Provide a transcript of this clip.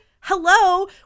Hello